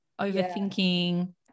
overthinking